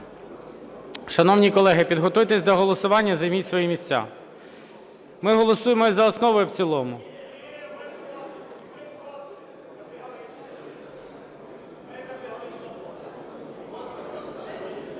Шановні колеги, підготуйтесь до голосування і займіть свої місця. Ми голосуємо і за основу, і в цілому.